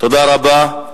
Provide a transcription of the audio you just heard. תודה רבה.